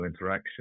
interaction